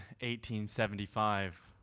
1875